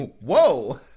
whoa